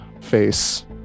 face